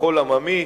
מחול עממי,